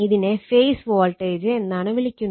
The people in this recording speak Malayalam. ഇതിനെ ഫേസ് വോൾട്ടേജ് എന്നാണ് വിളിക്കുന്നത്